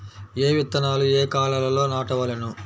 ఏ విత్తనాలు ఏ కాలాలలో నాటవలెను?